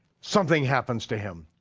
something happens to him.